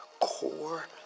Core